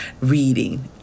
reading